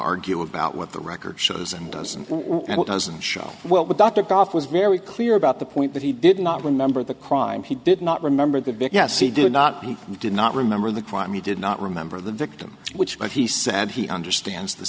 argue about what the record shows and doesn't what doesn't show what dr gough was very clear about the point that he did not remember the crime he did not remember the big yes he did not he did not remember the crime he did not remember the victim which but he said he understands the